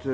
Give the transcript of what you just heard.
sätt.